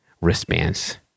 wristbands